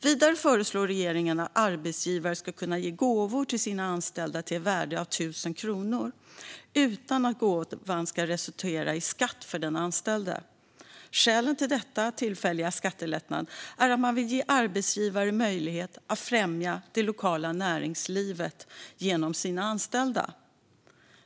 Vidare föreslår regeringen att arbetsgivare ska kunna ge gåvor till sina anställda till ett värde av 1 000 kronor utan att gåvan ska resultera i skatt för den anställde. Skälet till denna tillfälliga skattelättnad är att man vill ge arbetsgivare möjlighet att främja det lokala näringslivet genom sina anställda.